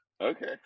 Okay